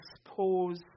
expose